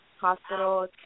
hospital